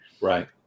right